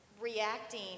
reacting